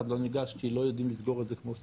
לא ניגש כי לא יודעים לסגור את זה כמו שצריך,